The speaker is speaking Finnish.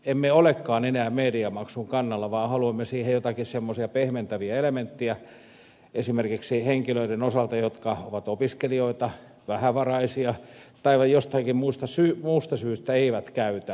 emme olekaan enää mediamaksun kannalla vaan haluamme siihen joitakin semmoisia pehmentäviä elementtejä esimerkiksi henkilöiden osalta jotka ovat opiskelijoita vähävaraisia tai jostakin muusta syystä eivät käytä ylen palveluja